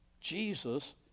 Jesus